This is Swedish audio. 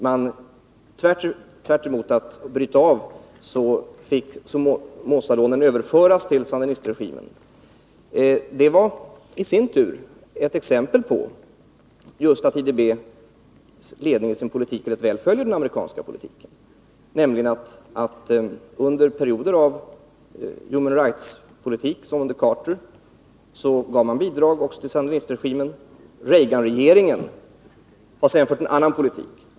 IDB avbröt inte bidragsgivningen, utan Somozalånen fick tvärtom överföras till sandinistregimen! Det var i sin tur ett exempel på att IDB:s ledning i sin politik rätt väl följer den amerikanska politiken. Under perioden av human rights-politik under Carter gav man bidrag också till sandinistregimen. Reaganregeringen har sedan fört en annan politik.